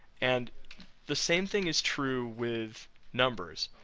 and the same thing is true with numbers.